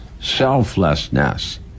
Selflessness